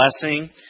blessing